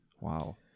wow